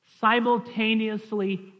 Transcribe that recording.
simultaneously